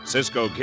Cisco